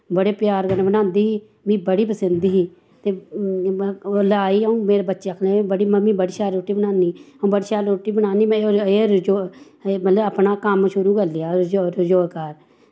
बड़े प्यार कन्नै बनांदी ही मिगी बड़ी पसंद ही ते लाई अऊं मेरे बच्चे आखन लगे मड़ी मम्मी बड़ी शैल रुट्टी बनानी में बड़ी शैल रुट्टी बनानी मतलव अपना कम्म शुरु करी लेआ रोजगार